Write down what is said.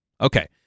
Okay